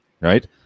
Right